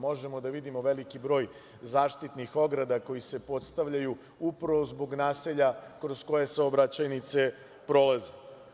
Možemo da vidimo veliki broj zaštitnih ograda koje se postavljaju upravo zbog naselja kroz koje saobraćajnice prolaze.